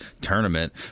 tournament